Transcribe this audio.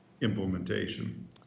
implementation